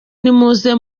nimuze